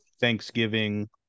Thanksgiving